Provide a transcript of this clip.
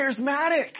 charismatic